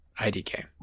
IDK